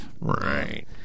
right